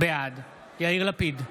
בעד יאיר לפיד,